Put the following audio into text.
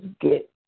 get